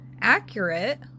accurate